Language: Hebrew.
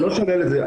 אני לא שולל את זה.